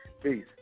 please